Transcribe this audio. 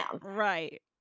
Right